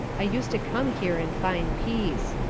i used to come here and find peace.